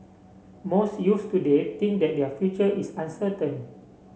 most youths today think that their future is uncertain